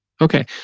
Okay